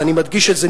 ואני מדגיש את זה,